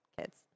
kids